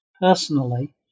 personally